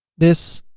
this.